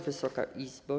Wysoka Izbo!